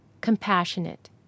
compassionate